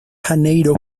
janeiro